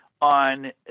on